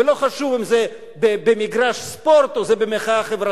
ולא חשוב אם זה במגרש ספורט או שזה במחאה חברתית,